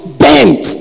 bent